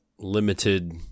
limited